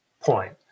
point